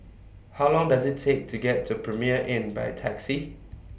How Long Does IT Take to get to Premier Inn By Taxi